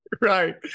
Right